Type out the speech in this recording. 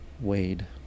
Wade